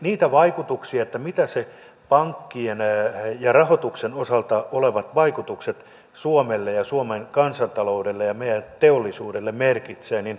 mitä ne pankkien ja rahoituksen osalta olevat vaikutukset suomelle ja suomen kansantaloudelle ja meidän teollisuudelle merkitsevät